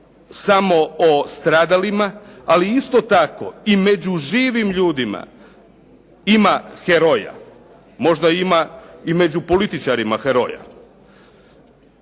samo o stradalima. A isto tako i među živim ljudima ima heroja. Možda ima i među političarima heroja.